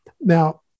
Now